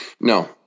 No